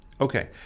Okay